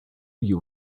you